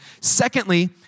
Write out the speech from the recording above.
Secondly